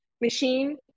machine